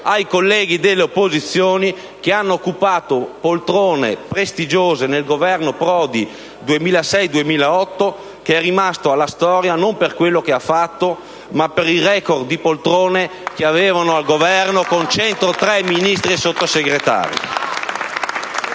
ai colleghi dell'opposizione, che hanno occupato poltrone prestigiose nel Governo Prodi 2006-2008, rimasto alla storia non per quello che ha fatto, ma per il *record* di poltrone che aveva al Governo, con 103 tra Ministri e Sottosegretari.